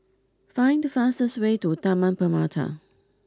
find the fastest way to Taman Permata